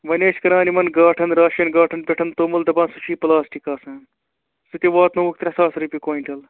وٕنۍ ٲسۍ کران یِمَن گاٹھَن راشَن گاٹھَن پٮ۪ٹھَن توٚمُل دپان سُہ چھی پلاسٹِک آسان سُہ تہِ واتہٕ نووُکھ ترٛےٚ ساس رۄپیہِ کۄینٹَل